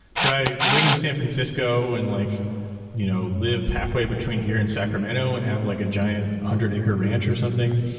could i live in san francisco and like you know live halfway between here and sacramento and have like a giant one hundred acre ranch or something?